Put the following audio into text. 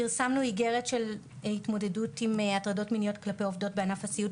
פרסמנו איגרת של התמודדות עם הטרדות מיניות בעובדות בענף הסיעוד.